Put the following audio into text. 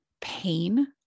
pain